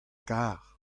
kar